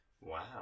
Wow